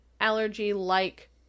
allergy-like